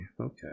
Okay